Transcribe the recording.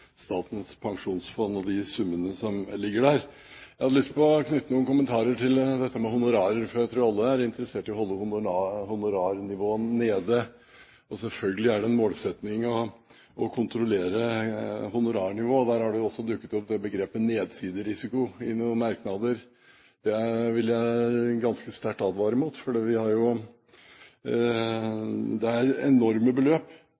Statens pensjonsfond og de summene som ligger der. Jeg har lyst til å knytte noen kommentarer til dette med honorarer, for jeg tror alle er interessert i å holde honorarnivået nede. Selvfølgelig er det en målsetting å kontrollere honorarnivået. Der har jo også begrepet «nedsidebonus» dukket opp i noen merknader. Det vil jeg ganske sterkt advare mot, for det er enorme beløp